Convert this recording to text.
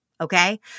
Okay